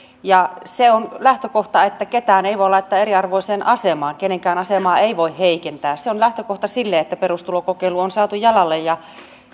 se on lähtökohta että ketään ei voi laittaa eriarvoiseen asemaan kenenkään asemaa ei voi heikentää se on lähtökohta sille että perustulokokeilu on saatu jalalle